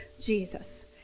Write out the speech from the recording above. Jesus